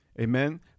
Amen